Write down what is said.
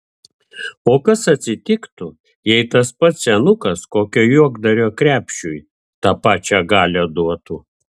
o kas atsitiktų jeigu tas pats senukas kokio juokdario krepšiui tą pačią galią duotų